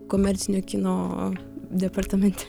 komercinio kino departamente